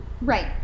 Right